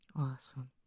Awesome